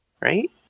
Right